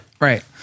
right